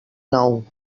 nou